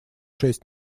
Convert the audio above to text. шесть